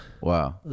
Wow